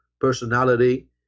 personality